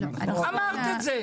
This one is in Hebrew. אמרת את זה.